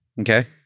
Okay